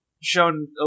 shown